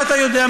מאיפה אתה יודע?